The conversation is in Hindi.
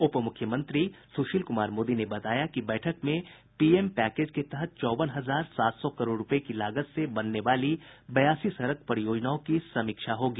उपमुख्यमंत्री सुशील कुमार मोदी ने बताया कि बैठक में पीएम पैकेज के तहत चौवन हजार सात सौ करोड़ रूपये की लागत से बनने वाली बयासी सड़क परियोजनाओं की समीक्षा होगी